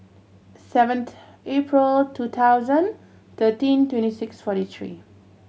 seventh April two thousand thirteen twenty six forty three